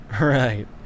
Right